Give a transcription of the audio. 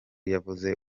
yavuze